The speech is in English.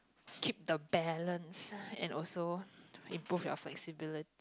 keep the balance and also improve your flexibility